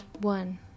One